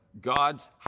God's